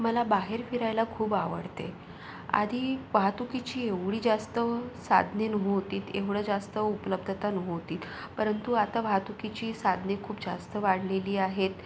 मला बाहेर फिरायला खूप आवडते आधी वाहतुकीची एवढी जास्त साधने नव्हती एवढी जास्त उपलब्धता नव्हती परंतु आता वाहतुकीची साधने खूप जास्त वाढलेली आहेत